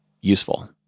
useful